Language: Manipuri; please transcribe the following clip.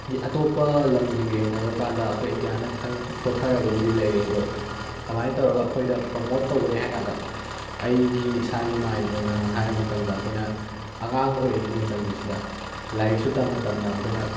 ꯑꯇꯣꯞꯄ ꯂꯝꯁꯤꯡꯒ ꯌꯦꯡꯅꯔꯨꯔ ꯀꯥꯟꯗ ꯑꯩꯈꯣꯏ ꯏꯟꯗꯤꯌꯥꯅ ꯈꯤꯇꯪ ꯁꯣꯊꯔꯒꯕꯨꯗꯤ ꯂꯩ ꯑꯗꯣ ꯀꯃꯥꯏꯅ ꯇꯧꯔꯒ ꯑꯩꯍꯣꯏꯗ ꯄ꯭ꯔꯃꯣꯠ ꯇꯧꯒꯅꯤ ꯍꯥꯏ ꯀꯥꯟꯗ ꯑꯩꯒꯤ ꯏꯁꯥꯒꯤ ꯃꯥꯏꯟ ꯑꯣꯏꯅ ꯍꯥꯏꯔ ꯃꯇꯝꯗ ꯑꯩꯈꯣꯏꯅ ꯑꯉꯥꯡ ꯑꯣꯏꯔꯤꯉꯩ ꯃꯇꯝꯁꯦ ꯁꯤꯗ ꯂꯥꯏꯔꯤꯛꯁꯨ ꯇꯝꯅ ꯇꯝꯅ ꯑꯩꯈꯣꯏꯅ